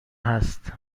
هست